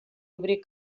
obrir